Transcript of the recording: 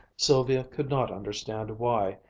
sylvia could not understand why,